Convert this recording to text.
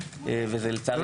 ולצערי,